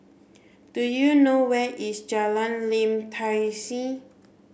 do you know where is Jalan Lim Tai See